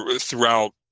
throughout